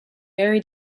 very